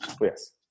Yes